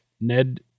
Ned